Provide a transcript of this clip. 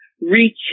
reach